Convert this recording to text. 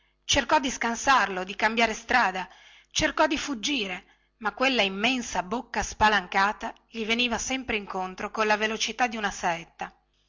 cercò di scansarlo di cambiare strada cercò di fuggire ma quella immensa bocca spalancata gli veniva sempre incontro con la velocità di una saetta